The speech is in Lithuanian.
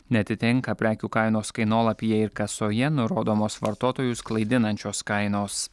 neatitinka prekių kainos kainolapyje ir kasoje nurodomos vartotojus klaidinančios kainos